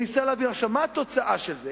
מה התוצאה של זה?